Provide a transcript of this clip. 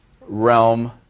realm